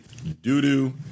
doo-doo